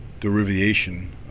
derivation